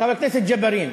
חבר הכנסת ג'בארין.